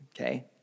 okay